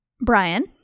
Brian